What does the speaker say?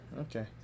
okay